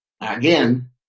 Again